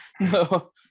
no